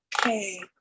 Okay